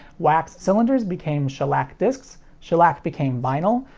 wax cylinders became shellac discs. shellac became vinyl.